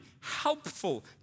helpful